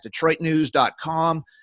DetroitNews.com